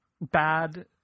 bad